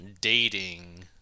dating